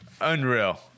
unreal